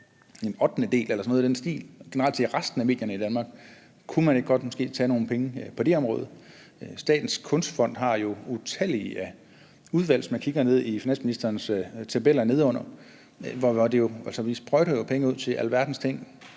ottendedel eller sådan noget i den stil til resten af medierne i Danmark. Kunne man ikke godt måske tage nogle penge på det område? Statens Kunstfond har jo utallige udvalg – kan man se, hvis man kigger ned i finansministerens tabeller nedenunder – og vi sprøjter jo penge ud til alverdens ting.